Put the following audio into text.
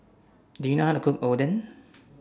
Do YOU know How to Cook Oden